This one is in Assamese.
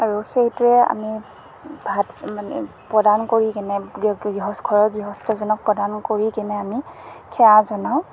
আৰু সেইটোৱেই আমি ভাত মানে প্ৰদান কৰি কিনে ঘৰৰ গৃহস্থজনক প্ৰদান কৰি কিনে আমি সেৱা জনাওঁ